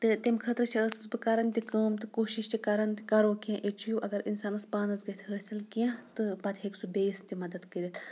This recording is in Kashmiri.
تہٕ تَمہِ خٲطرٕ چھِ ٲسٕس بہٕ کَران تہِ کٲم تہٕ کوٗشِش تہِ کَران تہِ کَرَو کینٛہہ ایچیٖو اگر اِنسانَس پانَس گژھِ حٲصِل کینٛہہ تہٕ پَتہٕ ہیٚکہِ سُہ بیٚیِس تہِ مَدد کٔرِتھ